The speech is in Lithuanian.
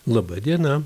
laba diena